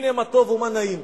הנה מה טוב ומה נעים,